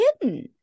hidden